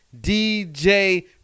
DJ